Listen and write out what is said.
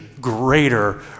greater